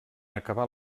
acabar